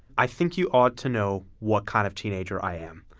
i think you ought to know what kind of teenager i am.